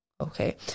okay